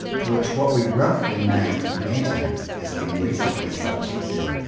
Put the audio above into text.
to which what we roughly name matter has been recently subjected,